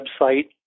website